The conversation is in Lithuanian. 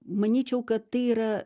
manyčiau kad tai yra